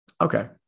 Okay